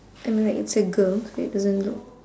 I mean like it's a girl so it doesn't look